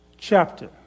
chapter